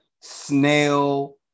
snail